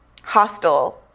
hostile